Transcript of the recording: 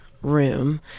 Room